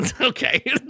Okay